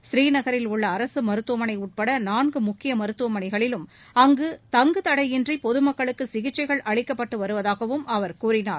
ஸ்ரீநகரில் உள்ள அரசு மருத்துவமனை உட்பட நான்கு முக்கிய மருத்துவமனைகளிலும் தங்கு தடையின்றி பொதுமக்களுக்கு சிகிச்சைகள் அளிக்கப்பட்டு வருவதாகவும் அவர் கூறினார்